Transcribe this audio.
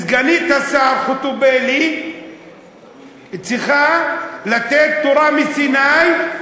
סגנית השר חוטובלי צריכה לתת תורה מסיני,